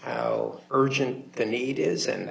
how urgent the need is and